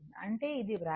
అంటే ఇది వ్రాయగలము